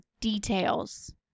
details